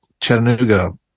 Chattanooga